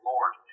Lord